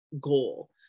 goal